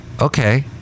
Okay